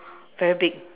very big